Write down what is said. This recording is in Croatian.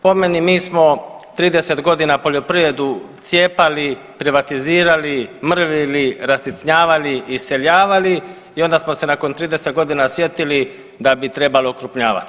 Po meni mi smo 30 godina poljoprivredu cijepali, privatizirali, mrvili, rasitnjavali, iseljavali i onda smo se nakon 30 godina sjetili da bi trebalo okrupnjavati.